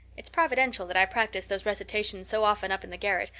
it's providential that i practiced those recitations so often up in the garret,